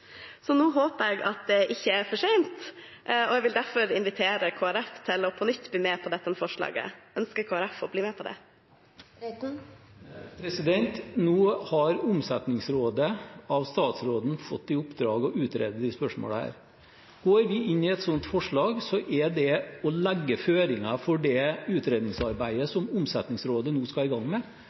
Så nå håper jeg at det ikke er for sent. Jeg vil derfor invitere Kristelig Folkeparti til på nytt å bli med på dette forslaget. Ønsker Kristelig Folkeparti å bli med på det? Nå har Omsetningsrådet fått i oppdrag av statsråden å utrede disse spørsmålene. Går vi inn i et slikt forslag, er det å legge føringer for det utredningsarbeidet som Omsetningsrådet nå skal i gang med.